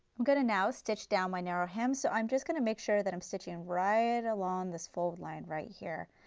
going to now stitch down my narrow hem, so i am just going to make sure that i am stitching and right along this fold line right here.